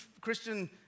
Christian